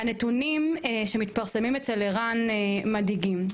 הנתונים שמתפרסמים אצל ער"ן מדאיגים.